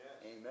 Amen